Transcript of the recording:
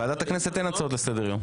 בוועדת הכנסת אין הצעות לסדר-יום.